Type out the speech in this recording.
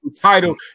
Title